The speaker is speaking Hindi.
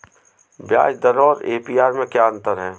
ब्याज दर और ए.पी.आर में क्या अंतर है?